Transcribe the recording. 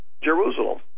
Jerusalem